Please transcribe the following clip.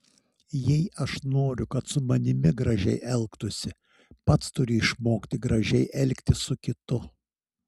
jei aš noriu kad su manimi gražiai elgtųsi pats turiu išmokti gražiai elgtis su kitu